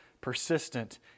persistent